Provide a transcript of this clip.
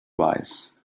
wise